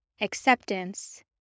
acceptance